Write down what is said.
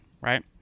right